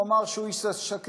הוא אמר שהוא איש עסקים,